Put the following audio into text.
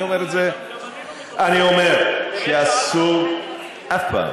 אני אומר את זה, גם אני לא, אני אומר שאסור אף פעם